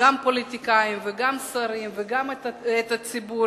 וגם פוליטיקאים וגם שרים וגם הציבור,